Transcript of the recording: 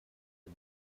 для